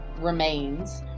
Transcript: remains